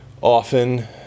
often